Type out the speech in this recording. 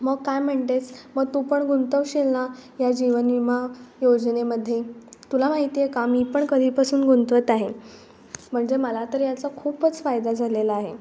मग काय म्हणतेस मग तू पण गुंतवशील ना या जीवनविमा योजनेमध्ये तुला माहिती आहे का मी पण कधीपासून गुंतवत आहे म्हणजे मला तर याचा खूपच फायदा झालेला आहे